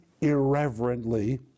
irreverently